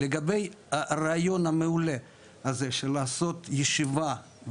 לגבי הרעיון המעולה הזה של לעשות ישיבה,